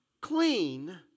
clean